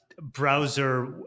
Browser